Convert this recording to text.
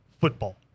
Football